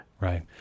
Right